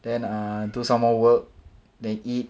then err do some more work then eat